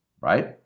right